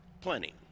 plenty